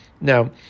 Now